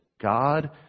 God